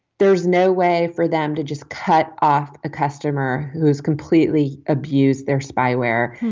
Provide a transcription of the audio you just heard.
there's no way for them to just cut off a customer who is completely abused their spyware